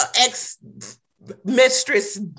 ex-mistress